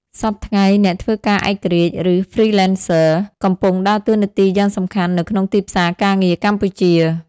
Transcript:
សព្វថ្ងៃ អ្នកធ្វើការឯករាជ្យ ឬ Freelancers កំពុងដើរតួនាទីយ៉ាងសំខាន់នៅក្នុងទីផ្សារការងារកម្ពុជា។